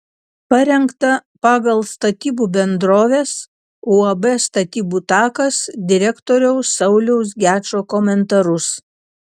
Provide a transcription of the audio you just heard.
parengta pagal statybų bendrovės uab statybų takas direktoriaus sauliaus gečo komentarus